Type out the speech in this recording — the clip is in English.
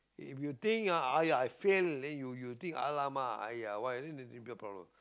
if you think !aiya! I fail then you you think !alamak! !aiya! why then it'll be a bigger problem